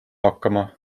hakkama